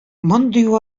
мондый